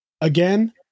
Again